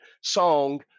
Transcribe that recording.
song